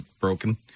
broken